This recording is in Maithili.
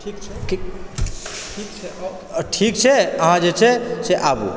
ठीक छै ठीक छै ठीक छै अहाँ जे छै से आबु